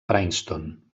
princeton